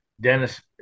Dennis